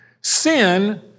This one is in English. Sin